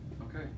Okay